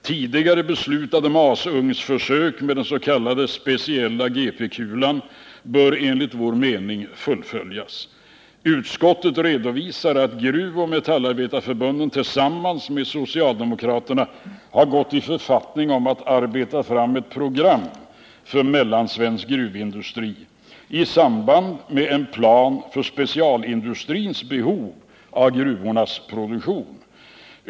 Tidigare beslutade masugnsförsök med den speciella s.k. GP kulan bör enligt vår mening fullföljas. Utskottet redovisar att Gruvindustriarbetareförbundet och Metallindustriarbetareförbundet tillsammans med socialdemokraterna gått i författning om att arbeta fram ett program för mellansvensk gruvindustri i samband med en plan för specialstålindustrins behov av gruvornas produktion.